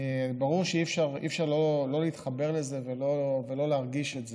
ברור שאי-אפשר שלא להתחבר לזה ולא להרגיש את זה.